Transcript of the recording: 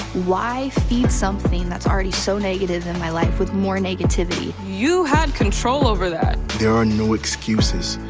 why feed something that's already so negative in my life, with more negativity? you had control over that. there are no excuses,